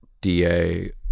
DA